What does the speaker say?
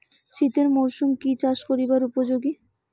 শীতের মরসুম কি চাষ করিবার উপযোগী?